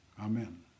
Amen